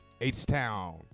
H-Town